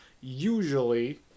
Usually